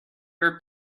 your